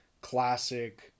classic